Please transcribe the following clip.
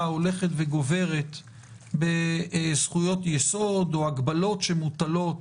הולכת וגוברת בזכויות-יסוד או הגבלות שמוטלות